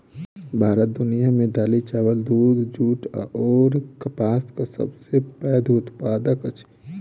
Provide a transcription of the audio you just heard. भारत दुनिया मे दालि, चाबल, दूध, जूट अऔर कपासक सबसे पैघ उत्पादक अछि